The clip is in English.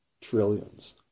Trillions